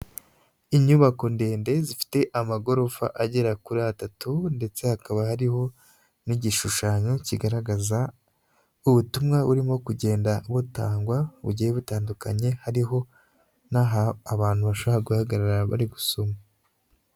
Inyubako ndende zifite amagorofa agera kuri atatu, ndetse hakaba hariho, n'igishushanyo kigaragaza, ubutumwa burimo kugenda butangwa bugiye butandukanye hariho, n'aha abantu bashobora guhagarara bari gusoma